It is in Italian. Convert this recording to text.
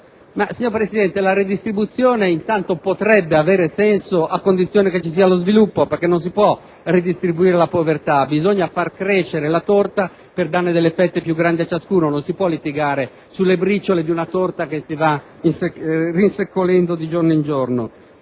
Signor Presidente, la redistribuzione potrebbe avere senso a condizione che ci sia lo sviluppo perché non si può redistribuire la povertà, bisogna far crescere la torta per darne fette più grandi a ciascuno. Non si può litigare sulle briciole di una torta che si va rinsecchendo di giorno in giorno.